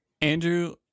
Andrew